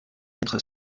quatre